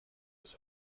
his